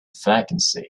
vacancy